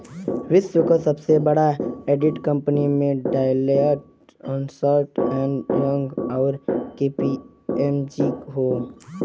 विश्व क सबसे बड़ा ऑडिट कंपनी में डेलॉयट, अन्सर्ट एंड यंग, आउर के.पी.एम.जी हौ